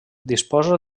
disposa